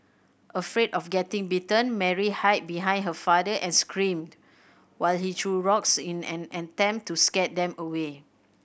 afraid of getting bitten Mary hid behind her father and screamed while he threw rocks in an attempt to scare them away